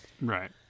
Right